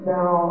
Now